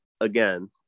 again